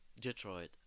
Detroit